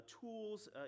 tools